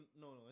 no